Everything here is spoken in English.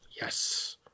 Yes